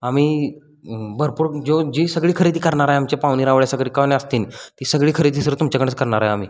आम्ही भरपूर जो जी सगळी खरेदी करणार आहे आमचे पाहुणेरावळे सगळी कोण असतील ती सगळी खरेदी सर तुमच्याकडनंच करणार आहे आम्ही